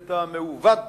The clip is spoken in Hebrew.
את המעוות